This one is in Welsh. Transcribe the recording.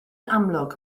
amlwg